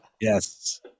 Yes